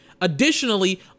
Additionally